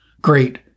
great